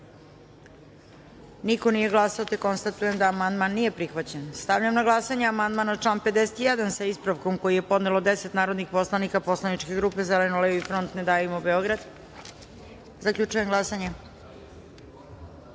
Niko nije glasao. Konstatujem da amandman nije prihvaćen. Stavljam na glasanje amandman na član 51. sa ispravkom koji je podnelo 10 narodnih poslanika Poslaničke grupe Zeleno-levi front – Ne davimo Beograd. Zaključujem glasanje: